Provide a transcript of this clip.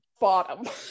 bottom